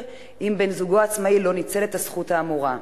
אם בן-זוגו העצמאי לא ניצל את הזכות האמורה.